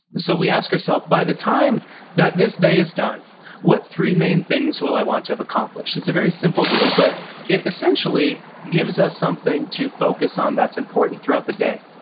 so we ask our self by the time that this day is done what three main things will i want to have accomplished? it's a very simple rule, but essentially gives us something to focus on that's important throughout the day.